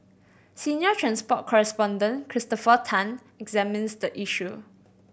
senior transport correspondent Christopher Tan examines the issue